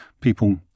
people